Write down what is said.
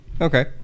Okay